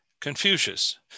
Confucius